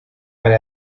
para